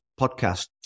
podcast